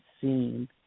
seen